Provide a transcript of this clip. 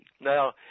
Now